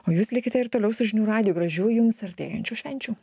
o jūs likite ir toliau su žinių radiju gražių jums artėjančių švenčių